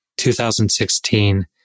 2016